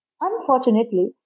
Unfortunately